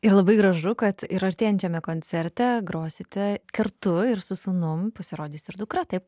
ir labai gražu kad ir artėjančiame koncerte grosite kartu ir su sūnum pasirodys ir dukra taip